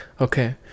okay